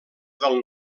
del